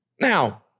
Now